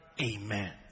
Amen